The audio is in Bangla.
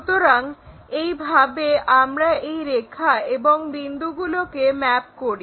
সুতরাং এইভাবে আমরা এই রেখা এবং বিন্দুগুলোকে map করি